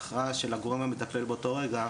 להכרעה של הגורם המטפל באותו רגע,